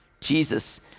Jesus